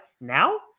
now